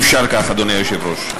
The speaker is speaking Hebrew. אי-אפשר כך, אדוני היושב-ראש.